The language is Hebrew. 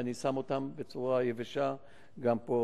ואני שם אותם בצורה יבשה גם פה,